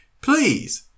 please